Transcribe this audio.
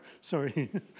sorry